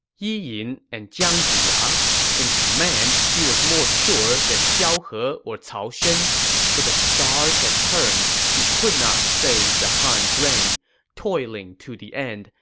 yi yin and jiang ziya in command he was more sure than xiao he or cao shen but the stars had turned he could not save the han's reign toiling to the end,